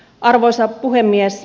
arvoisa puhemies